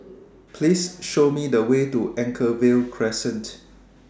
Please Show Me The Way to Anchorvale Crescent